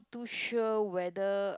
too sure whether